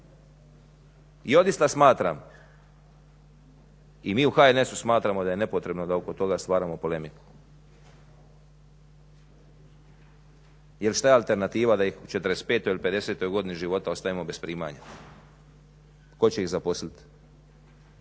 I odista smatram i mi u HNS-u smatramo da je nepotrebno da oko toga stvaramo polemike. Jer što je alternativa da ih u 45-oj ili 50-oj godini života ostavimo bez primanja? Tko će ih zaposliti?